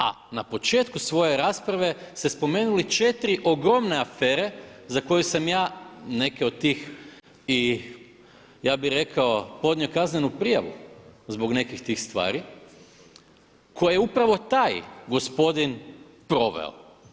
A na početku svoje rasprave ste spomenuli 4 ogromne afere za koju sam ja neke od tih i ja bih rekao podnio kaznenu prijavu zbog nekih tih stvari koje je upravo taj gospodin proveo.